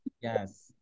Yes